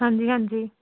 ਹਾਂਜੀ ਹਾਂਜੀ